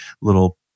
little